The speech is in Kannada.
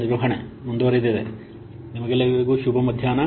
ನಿಮ್ಮೆಲ್ಲರಿಗೂ ಶುಭ ಮಧ್ಯಾಹ್ನ